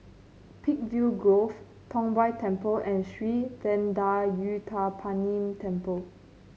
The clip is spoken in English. Peakville Grove Tong Whye Temple and Sri Thendayuthapani Temple